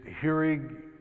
hearing